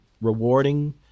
rewarding